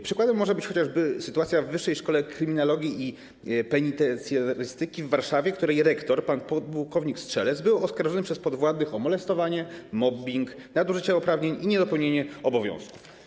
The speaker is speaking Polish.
Przykładem może być chociażby sytuacja w Wyższej Szkole Kryminologii i Penitencjarystyki w Warszawie, której rektor pan płk Strzelec był oskarżony przez podwładnych o molestowanie, mobbing, nadużycia uprawnień i niedopełnienie obowiązków.